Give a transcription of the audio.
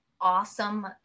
awesome